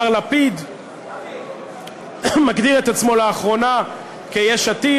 מר לפיד מגדיר את עצמו לאחרונה כיש עתיד,